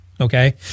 Okay